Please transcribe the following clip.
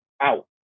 out